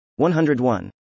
101